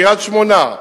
קריית-שמונה,